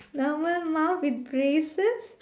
double mouth with braces